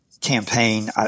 campaign